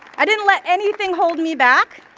i didn't let anything hold me back.